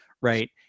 right